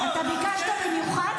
אתה ביקשת במיוחד,